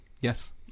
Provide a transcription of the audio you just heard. Yes